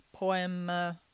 Poem